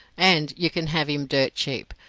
and you can have him dirt cheap.